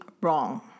wrong